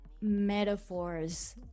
metaphors